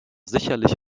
sicherlich